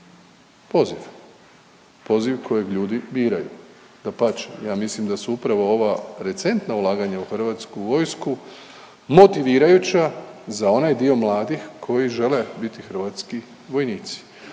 Poziv. Poziv kojeg ljudi biraju. Dapače, ja misli da se upravo ova recentna ulaganja u Hrvatsku vojsku motivirajuća za onaj dio mladih koji žele biti hrvatski vojnici.